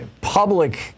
public